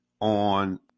on